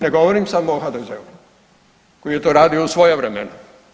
Ne govorim samo o HDZ-u koji je to radio u svoja vremena.